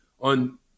on